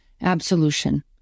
absolution